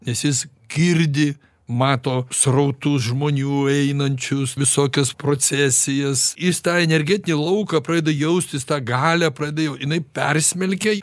nes jis girdi mato srautus žmonių einančius visokias procesijas jis tą energetinį lauką pradeda jaust jis tą galią pradeda jau jinai persmelkia